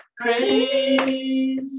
crazy